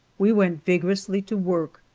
we went vigorously to work,